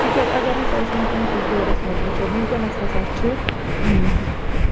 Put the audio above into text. تِکیٛازِ اَگر ہسا أسۍ ؤنکیٚن کِس دورَس منٛز وُچھَو ؤنکیٚنَس ہسا چھِ